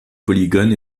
polygone